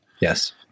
Yes